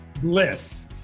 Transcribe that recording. Bliss